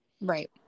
Right